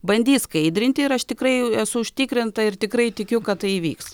bandys skaidrinti ir aš tikrai esu užtikrinta ir tikrai tikiu kad tai įvyks